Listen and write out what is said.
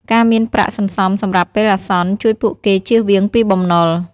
ការមានប្រាក់សន្សំសម្រាប់ពេលអាសន្នជួយពួកគេចៀសវាងពីបំណុល។